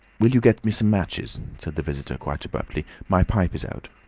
will you get me some matches? said the visitor, quite abruptly. my pipe is out.